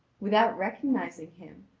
without recognising him,